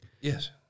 Yes